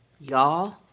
y'all